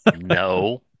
No